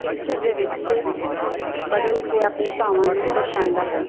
picture ਦੇ ਵਿੱਚ ਬਦਲ ਕੇ ਆਪਣੇ ਭਾਵਾਂ ਨੂੰ ਦਰਸਾਉਂਦਾ ਹੈ